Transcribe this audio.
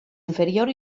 inferior